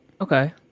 okay